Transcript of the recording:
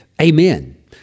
Amen